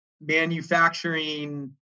manufacturing